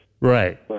right